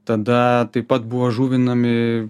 tada taip pat buvo žuvinami